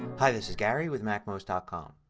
hi, this is gary with macmost ah com.